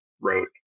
wrote